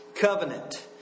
covenant